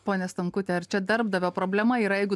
ponia stonkute ar čia darbdavio problema yra jeigu